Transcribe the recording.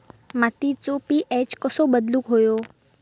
मातीचो पी.एच कसो बदलुक होयो?